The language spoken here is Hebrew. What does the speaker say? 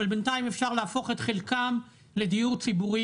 אבל בינתיים אפשר להפוך את חלקם לדיור ציבורי